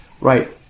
right